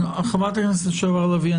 חברת הכנסת לשעבר לביא,